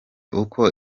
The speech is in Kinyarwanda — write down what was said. uko